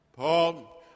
Paul